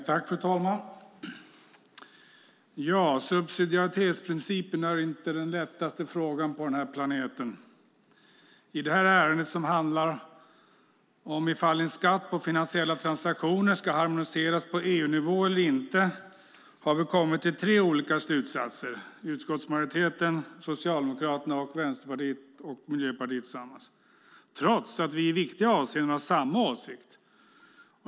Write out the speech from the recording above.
Fru talman! Subsidiaritetsprincipen är inte den lättaste frågan på den här planeten. I det här ärendet, som handlar om ifall en skatt på finansiella transaktioner ska harmoniseras på EU-nivå eller inte, har vi kommit till tre olika slutsatser i utskottsmajoriteten, i Socialdemokraterna och i Vänsterpartiet och Miljöpartiet tillsammans, trots att vi i viktiga avseenden har samma åsikt.